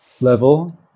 level